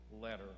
letter